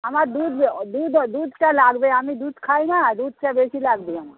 আমার দুধ দুধ দুধটা লাগবে আমি দুধ খাই না দুধটা বেশি লাগবে আমার